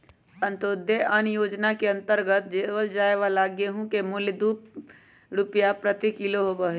अंत्योदय अन्न योजना के अंतर्गत देवल जाये वाला गेहूं के मूल्य दु रुपीया प्रति किलो होबा हई